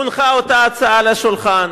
הונחה אותה הצעה על השולחן.